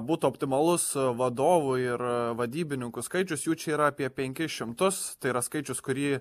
būtų optimalus vadovų ir vadybininkų skaičius jų čia yra apie penkis šimtus tai yra skaičius kurie